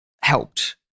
helped